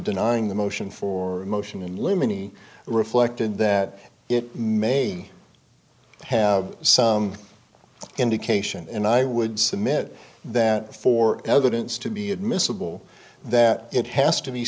denying the motion for a motion in limine e reflected that it may i have some indication and i would submit that for evidence to be admissible that it has to be